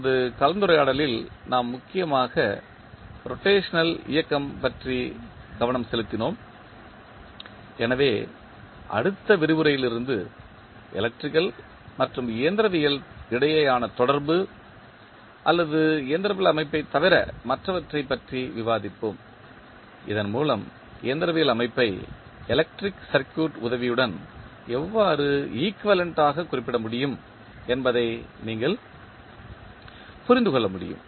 இந்த கலந்துரையாடலில் நாம் முக்கியமாக ரொட்டேஷனல் இயக்கம் பற்றி கவனம் செலுத்தினோம் எனவே அடுத்த விரிவுரையிலிருந்து எலக்ட்ரிக்கல் மற்றும் இயந்திரவியல் இடையேயான தொடர்பு அல்லது இயந்திரவியல் அமைப்பைத் தவிர மற்றவற்றைப் பற்றி விவாதிப்போம் இதன் மூலம் இயந்திரவியல் அமைப்பை எலக்ட்ரிக்கல் சர்க்யூட் உதவியுடன் எவ்வாறு ஈக்குவேலண்ட் ஆக குறிப்பிட முடியும் என்பதை நீங்கள் புரிந்து கொள்ள முடியும்